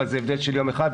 אבל זה הבדל של יום אחד,